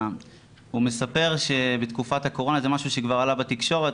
והוא מספר שבתקופת הקורונה וזה משהו שכבר עלה בתקשורת